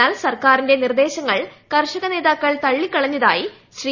എന്നാൽ സർക്കാരിന്റെ നിർദ്ദേശങ്ങൾ കർഷക നേതാക്കൾ തള്ളിക്കളഞ്ഞതായി ശ്രീ